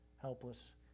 helpless